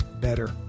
better